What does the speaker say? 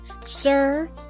Sir